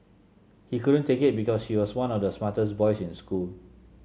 he couldn't take it because he was one of the smartest boys in school